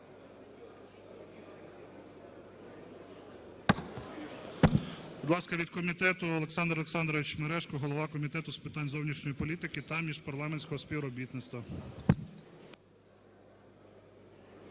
Будь ласка, від комітету Олександр Олександрович Мережко, голова Комітету з питань зовнішньої політики та міжпарламентського співробітництва.